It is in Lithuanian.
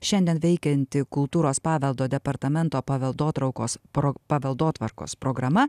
šiandien veikianti kultūros paveldo departamento paveldotraukos pro paveldotvarkos programa